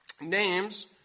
Names